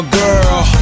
girl